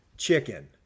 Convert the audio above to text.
Chicken